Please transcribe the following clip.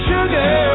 Sugar